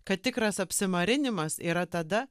kad tikras apsimarinimas yra tada